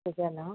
ನಿಜ ಅಲ್ಲಾ